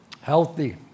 Healthy